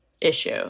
issue